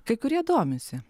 kai kurie domisi